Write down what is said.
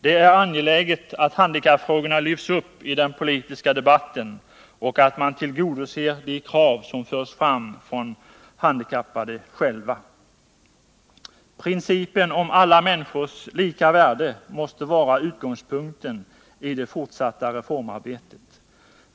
Det är angeläget att handikappfrågorna lyfts upp i den politiska debatten och att man tillgodoser de krav som förs fram från de handikappade själva. Principen om alla människors lika värde måste vara utgångspunkten i det fortsatta reformarbetet.